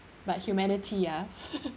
but humanity ah